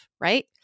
Right